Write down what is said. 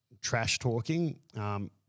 trash-talking